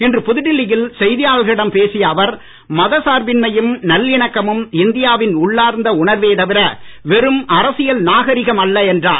இன்று புதுடெல்லியில் செய்தியாளர்களிடம் பேசிய அவர் மத சார்பின்மையும் நல்லிணக்கமும் இந்தியாவின் உள்ளார்ந்த உணர்வே தவிர வெறும் அரசியல் நாகரீகம் அல்ல என்றார்